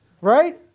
Right